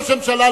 ראש הממשלה,